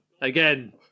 again